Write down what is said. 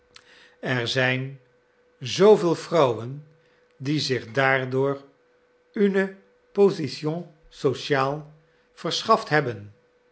er zijn zooveel vrouwen die zich daardoor une position sociale verschaft hebben